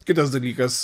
kitas dalykas